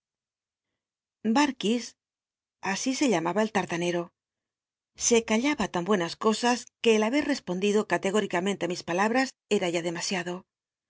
iiarkis así se llamaba el tattanel'o se callaba tan buenas cosas que el haber respondido calegóric unente á mis palabras era ya demasiado